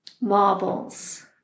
marbles